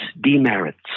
demerits